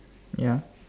ya